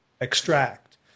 extract